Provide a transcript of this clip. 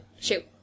Shoot